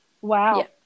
Wow